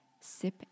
Sip